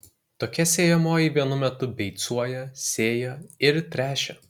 tokia sėjamoji vienu metu beicuoja sėja ir tręšia